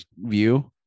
view